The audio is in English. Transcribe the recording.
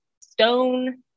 stone